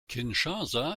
kinshasa